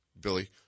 Billy